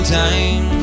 time